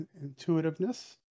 intuitiveness